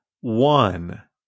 one